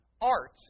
art